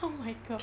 oh my god